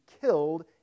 killed